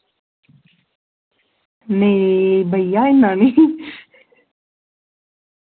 नेईं भैया इन्ना निं